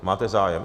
Máte zájem?